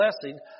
blessing